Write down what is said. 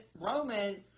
Roman